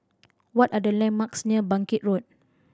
what are the landmarks near Bangkit Road